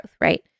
right